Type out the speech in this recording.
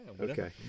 Okay